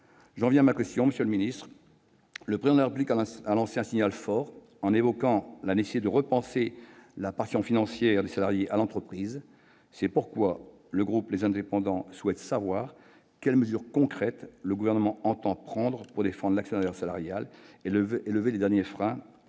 J'en viens à ma question, monsieur le secrétaire d'État. Le Président de la République a lancé un signal fort en évoquant la nécessité de repenser la participation financière des salariés à l'entreprise. C'est pourquoi le groupe Les Indépendants souhaite savoir quelles mesures concrètes le Gouvernement entend prendre pour défendre l'actionnariat salarial et lever les derniers freins